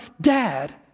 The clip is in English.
dad